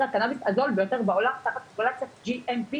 הקנאביס הזול ביותר בעולם תחת תקינת ה-gmp,